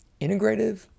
Integrative